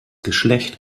geschlecht